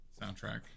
soundtrack